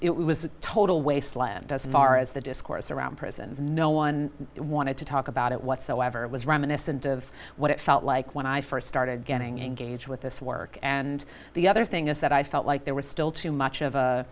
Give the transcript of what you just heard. it was a total waste land as far as the discourse around prisons no one wanted to talk about it whatsoever it was reminiscent of what it felt like when i first started getting engaged with this work and the other thing is that i felt like there was still too much of a